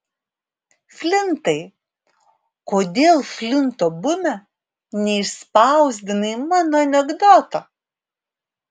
flintai kodėl flinto bume neišspausdinai mano anekdoto